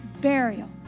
burial